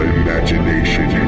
imagination